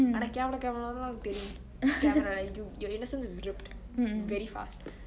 ஆனா கேவல கேவலமானுதுலா அங்க தெரியு:aana kevele kevelemaanuthulaa angge teriyu camera ல:le your innocence is ripped very fast